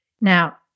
Now